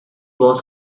was